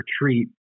retreat